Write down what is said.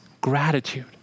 gratitude